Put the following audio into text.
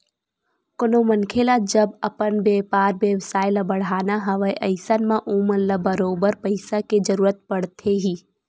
कोनो मनखे ल जब अपन बेपार बेवसाय ल बड़हाना हवय अइसन म ओमन ल बरोबर पइसा के जरुरत पड़थे ही